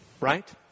Right